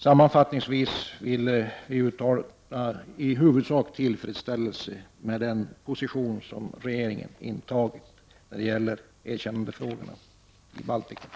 Sammanfattningsvis vill vi i vpk i huvudsak uttala tillfredsställelse över den position som regeringen har intagit när det gäller erkännandefrågorna beträffande Baltikum.